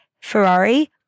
Ferrari